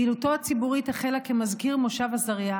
פעילותו הציבורית החלה כמזכיר מושב עזריה,